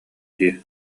дии